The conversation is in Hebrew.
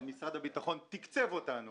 שמשרד הביטחון כבר תקצב אותנו